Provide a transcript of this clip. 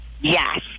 Yes